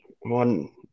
one